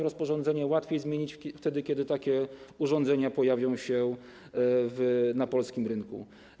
Rozporządzenie łatwiej zmienić wtedy, kiedy takie urządzenia pojawią się na polskim rynku.